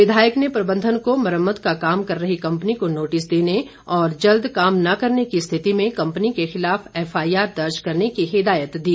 विधायक ने प्रबंधन को मुरम्मत का काम कर रही कम्पनी को नोटिस देने और जल्द काम न करने की स्थिति में कम्पनी के खिलाफ एफआईआर दर्ज करने की हिदायत दी